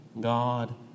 God